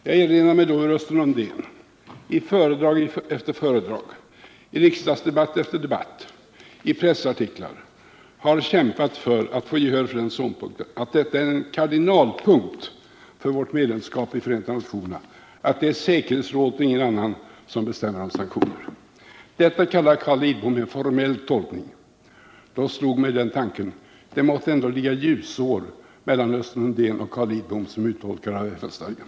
Jag erinrar mig då hur Östen Undén i föredrag efter föredrag, i riksdagsdebatt efter riksdagsdebatt, i pressartiklar kämpat för att få gehör för sin åsikt att kardinalpunkten för vårt medlemskap i Förenta Nationerna är att säkerhetsrådet och ingen annan institution bestämmer om sanktioner. Detta kallar Carl Lidbom en formell tolkning. Då slog mig tanken att det ändå måtte ligga ljusår mellan Östen Undén och Carl Lidbom som uttolkare av FN-stadgan.